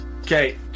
Okay